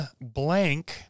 blank